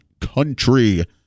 country